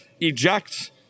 eject